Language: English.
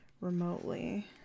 remotely